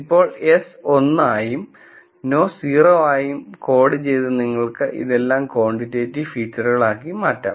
ഇപ്പോൾ yes 1 ആയും no 0 ആയും കോഡ് ചെയ്ത് നിങ്ങൾക്ക് ഇതെല്ലാം ക്വാണ്ടിറ്റേറ്റീവ് ഫീച്ചറുകളാക്കി മാറ്റാം